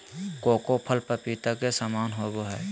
cocoa फल पपीता के समान होबय हइ